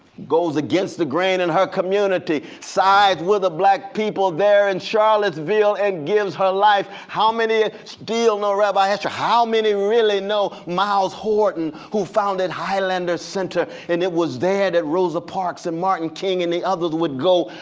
goes against the grain in her community, sides with the black people there in charlottesville and gives her life? how many still know rabbi esther? how many really know myles horton who founded highlander center? and it was there that rosa parks and martin king and the others would go,